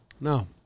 No